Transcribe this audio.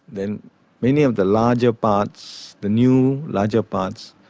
then many of the larger parts, the new larger parts,